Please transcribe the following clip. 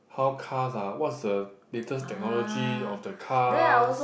how cars are what's the latest technology of the cars